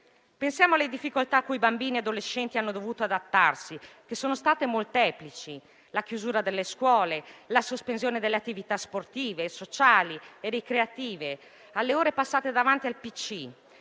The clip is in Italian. Pensiamo alle difficoltà a cui bambini e adolescenti hanno dovuto adattarsi, che sono state molteplici: la chiusura delle scuole, la sospensione delle attività sportive, sociali e ricreative, le ore passate davanti al PC,